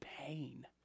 pain